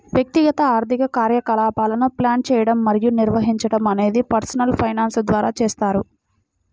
వ్యక్తిగత ఆర్థిక కార్యకలాపాలను ప్లాన్ చేయడం మరియు నిర్వహించడం అనేది పర్సనల్ ఫైనాన్స్ ద్వారా చేస్తారు